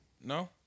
No